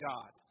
God